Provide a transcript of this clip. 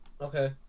Okay